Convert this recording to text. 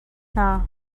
hna